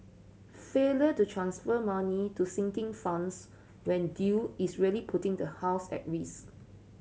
failure to transfer money to sinking funds when due is really putting the house at risk